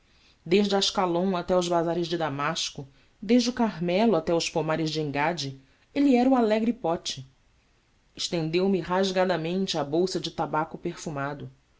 tacões desde áscalon até aos bazares de damasco desde o carmelo até aos pomares de engada ele era o alegre pote estendeu-me rasgadamente a bolsa de tabaco perfumado